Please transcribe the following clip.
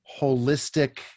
holistic